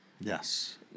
Yes